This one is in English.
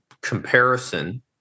comparison